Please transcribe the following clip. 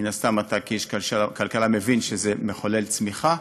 מן הסתם אתה, כאיש כלכלה, מבין שזה מחולל צמיחה.